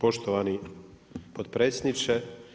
Poštovani potpredsjedniče.